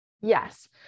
yes